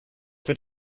wird